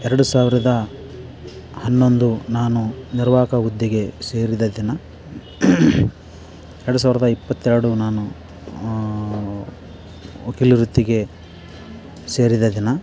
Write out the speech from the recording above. ಎರಡು ಸಾವಿರದ ಹನ್ನೊಂದು ನಾನು ನಿರ್ವಾಹಕ ಹುದ್ದೆಗೆ ಸೇರಿದ ದಿನ ಎರಡು ಸಾವಿರದ ಇಪ್ಪತ್ತೆರಡು ನಾನು ವಕೀಲ ವೃತ್ತಿಗೆ ಸೇರಿದ ದಿನ